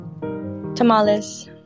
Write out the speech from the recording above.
Tamales